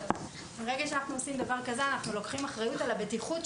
ברגע שאנחנו עושים דבר כזה אנחנו לוקחים אחריות על הבטיחות,